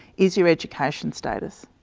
is your education status.